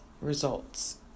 results